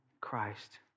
Christ